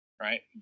Right